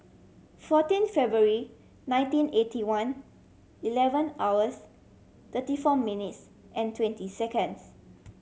fourteen February nineteen eighty one eleven hours thirty four minutes and twenty seconds